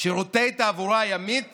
שירותי תעבורה ימית